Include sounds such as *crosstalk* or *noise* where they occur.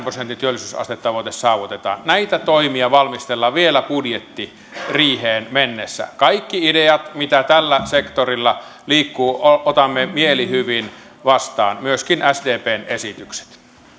*unintelligible* prosentin työllisyysastetavoite saavutetaan näitä toimia valmistellaan vielä budjettiriiheen mennessä kaikki ideat mitä tällä sektorilla liikkuu otamme mielihyvin vastaan myöskin sdpn esitykset